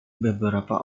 beberapa